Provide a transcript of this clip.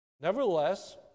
Nevertheless